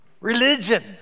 Religion